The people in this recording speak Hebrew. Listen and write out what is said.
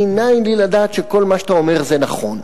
מנין לי לדעת שכל מה שאתה אומר זה נכון?